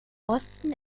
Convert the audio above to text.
osten